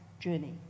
journey